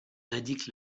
indique